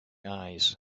eyes